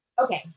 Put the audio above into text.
okay